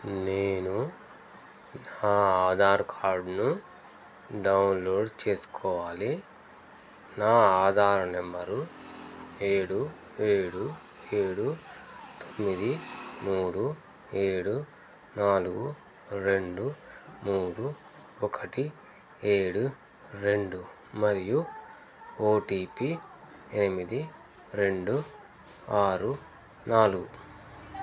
నేను నా ఆధార్ కార్డ్ను డౌన్లోడ్ చేసుకోవాలి నా ఆధార నెంబరు ఏడు ఏడు ఏడు తొమ్మిది మూడు ఏడు నాలుగు రెండు మూడు ఒకటి ఏడు రెండు మరియు ఓటీపి ఎనిమిది రెండు ఆరు నాలుగు